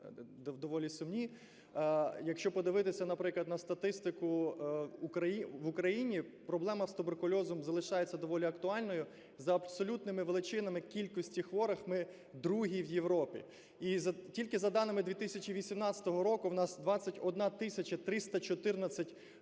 доволі сумні. Якщо подивитися, наприклад, на статистику, в Україні проблема з туберкульозом залишається доволі актуальною. За абсолютними величинами кількості хворих ми другі в Європі. І тільки за даними 2018 року в нас 21 тисяча 314 нових